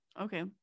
okay